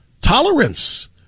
Tolerance